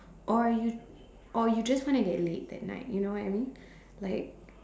or you or you just want to get laid that night you know what I mean like